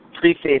preface